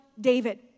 David